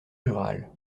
rural